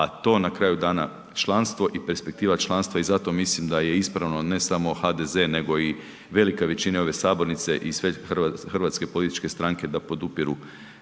a to na kraju dana članstvo i perspektiva članstva i zato mislim da je ispravno ne samo HDZ, nego i velika većina ove sabornice i sve hrvatske političke stranke da podupiru